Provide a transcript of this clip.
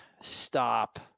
stop